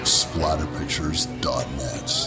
splatterpictures.net